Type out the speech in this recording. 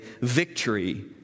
victory